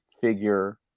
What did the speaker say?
figure